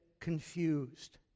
confused